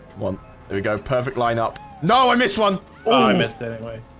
one there we go perfect line up. no i missed one ah i missed anyway